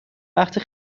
وقتی